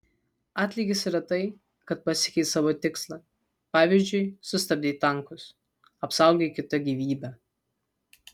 atlygis yra tai kad pasiekei savo tikslą pavyzdžiui sustabdei tankus apsaugojai kito gyvybę